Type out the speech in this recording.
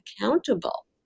accountable